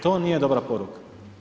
To nije dobra poruka.